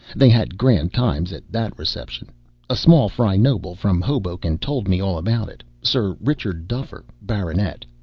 they had grand times at that reception a small-fry noble from hoboken told me all about it sir richard duffer, baronet.